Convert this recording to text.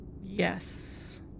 Yes